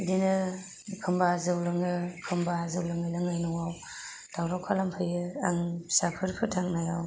बिदिनो एखम्बा जौ लोङो एखम्बा जौ लोङै लोङै न'आव दावराव खालामफैयो आं फिसाफोर फोथांनायाव